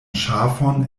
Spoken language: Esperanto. ŝafon